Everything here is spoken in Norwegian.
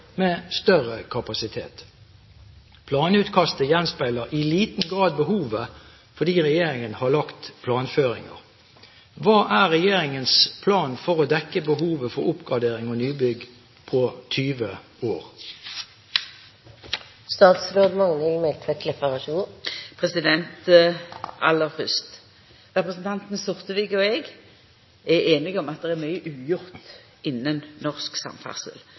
med større kapasitet. Planutkastet gjenspeiler i liten grad behovet, fordi regjeringen har lagt planføringer. Hva er regjeringens plan for å dekke behovet for oppgradering og nybygg på 20 år?» Aller fyrst: Representanten Sortevik og eg er einige om at det er mykje ugjort innan norsk samferdsel.